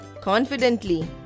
confidently